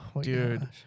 dude